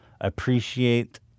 appreciate